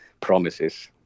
promises